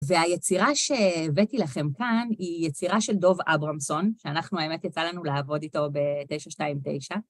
והיצירה שהבאתי לכם כאן היא יצירה של דוב אברמסון, שאנחנו האמת יצא לנו לעבוד איתו ב-929.